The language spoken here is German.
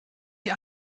die